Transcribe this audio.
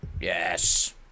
Yes